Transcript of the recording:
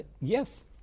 Yes